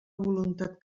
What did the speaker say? voluntat